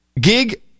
Gig